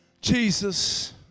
Jesus